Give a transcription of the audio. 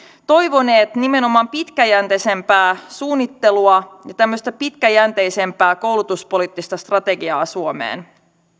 toivonut nimenomaan pitkäjänteisempää suunnittelua ja tämmöistä pitkäjänteisempää koulutuspoliittista strategiaa suomeen